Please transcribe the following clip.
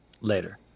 later